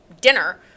dinner